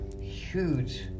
huge